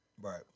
Right